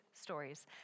stories